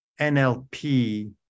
NLP